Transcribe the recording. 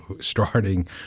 starting